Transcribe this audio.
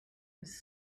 his